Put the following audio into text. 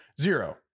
Zero